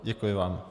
Děkuji vám.